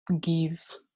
give